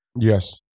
yes